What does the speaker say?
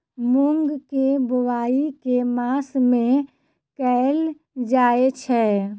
मूँग केँ बोवाई केँ मास मे कैल जाएँ छैय?